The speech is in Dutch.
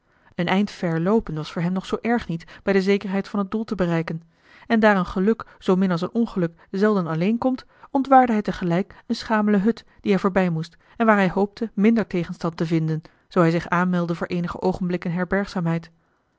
een eind ver loopen was voor hem nog zoo erg niet bij de zekerheid van het doel te bereiken en daar een geluk zoomin als een ongeluk zelden alleen komt ontwaarde hij tegelijk een schamele hut die hij voorbij moest en waar hij hoopte minder tegenstand te vinden zoo hij zich aanmeldde voor eenige oogenblikken